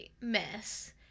mess